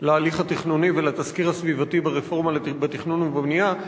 להליך התכנוני ולתסקיר הסביבתי ברפורמה בתכנון ובבנייה.